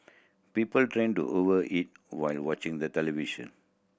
people tend to over eat while watching the television